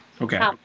Okay